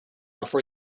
before